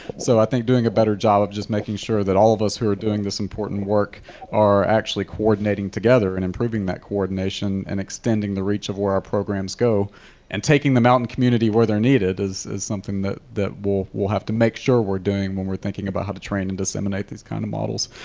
so i think doing a better job of just making sure that all of us who are doing this important work are actually coordinating together and improving that coordination and extending the reach of where our programs go and taking the mountain community where they're needed is is something that we'll we'll have to make sure we're doing when we're thinking about how to train and disseminate these kinds kind of models.